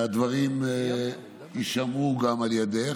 שהדברים יישמעו גם על ידך.